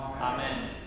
Amen